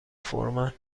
فورمن